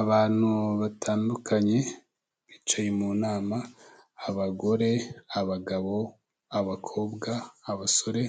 Abantu batandukanye, bicaye mu nama, abagore, abagabo, abakobwa, abasore.